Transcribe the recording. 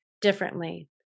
differently